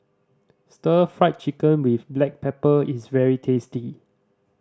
Stir Fried Chicken with black pepper is very tasty